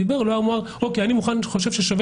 אף אחד מחברי הכנסת שדיבר כאן לא אמר שהוא חושב ששווה